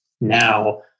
now